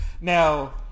Now